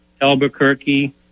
Albuquerque